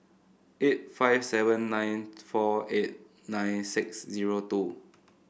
eight five seven nine four eight nine six zero two